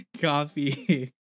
coffee